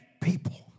people